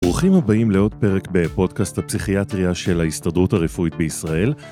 ברוכים הבאים לעוד פרק בפודקאסט הפסיכיאטריה של ההסתדרות הרפואית בישראל.